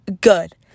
good